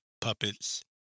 puppets